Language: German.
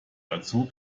dazu